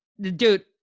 Dude